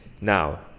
Now